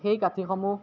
সেই গাঁঠিসমূহ